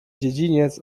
dziedziniec